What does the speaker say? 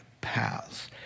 paths